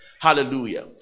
hallelujah